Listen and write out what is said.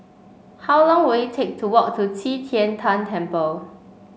how long will it take to walk to Qi Tian Tan Temple